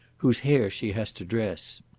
whose hair she has to dress.